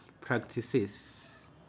practices